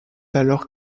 alors